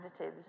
additives